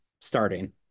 starting